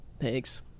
Thanks